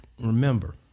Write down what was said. remember